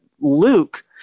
luke